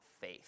faith